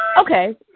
Okay